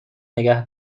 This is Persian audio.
نگه